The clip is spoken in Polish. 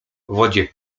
wodzie